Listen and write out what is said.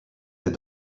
est